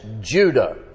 Judah